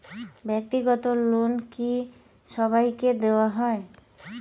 ব্যাক্তিগত লোন কি সবাইকে দেওয়া হয়?